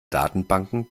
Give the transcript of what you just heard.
datenbanken